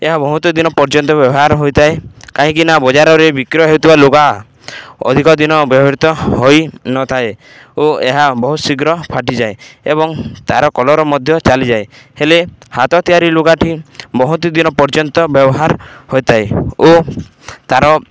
ଏହା ବହୁତ ଦିନ ପର୍ଯ୍ୟନ୍ତ ବ୍ୟବହାର ହୋଇଥାଏ କାହିଁକିନା ବଜାରରେ ବିକ୍ରୟ ହେଉଥିବା ଲୁଗା ଅଧିକ ଦିନ ବ୍ୟବହୃତ ହୋଇନଥାଏ ଓ ଏହା ବହୁତ ଶୀଘ୍ର ଫାଟିଯାଏ ଏବଂ ତା'ର କଲର ମଧ୍ୟ ଚାଲିଯାଏ ହେଲେ ହାତ ତିଆରି ଲୁଗାଟି ବହୁତ ଦିନ ପର୍ଯ୍ୟନ୍ତ ବ୍ୟବହାର ହୋଇଥାଏ ଓ ତା'ର